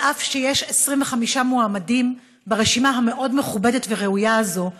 אף שיש 25 מועמדים ברשימה המאוד-מכובדת והראויה הזאת,